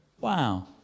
Wow